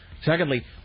Secondly